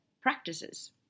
practices